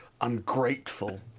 ungrateful